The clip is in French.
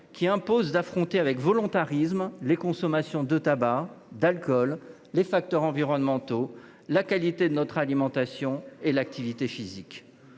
qui impose d’affronter avec volontarisme les consommations de tabac et d’alcool, les facteurs environnementaux, la qualité de notre alimentation et l’activité physique.